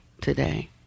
today